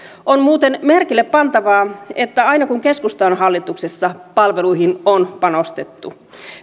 on muuten merkille pantavaa että aina kun keskusta on hallituksessa palveluihin on panostettu